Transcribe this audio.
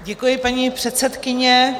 Děkuji, paní předsedkyně.